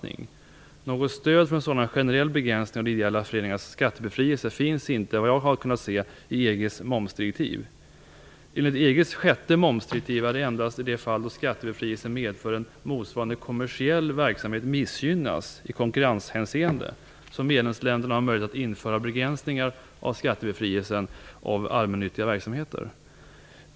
Såvitt jag har kunnat se finns det inte något stöd för en sådan generell begränsning av de ideella föreningarnas skattebefrielse i Enligt EG:s sjätte momsdirektiv är det endast i de fall då skattebefrielsen medför att en motsvarande kommersiell verksamhet missgynnas i konkurrenshänseende som medlemsländerna har möjlighet att införa begränsningar av skattebefrielsen för allmännyttiga verksamheter.